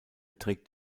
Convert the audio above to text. trägt